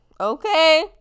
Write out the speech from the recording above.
okay